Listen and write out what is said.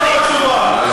מה השאלה שלך?